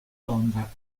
londra